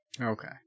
Okay